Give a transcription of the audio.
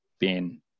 Ben